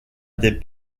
des